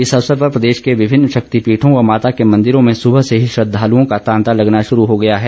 इस अवसर पर प्रदेश के विभिन्न शक्तिपीठों व माता के मंदिरों में सुबह से ही श्रद्वालुओं का तांता लगना शुरू हो गया है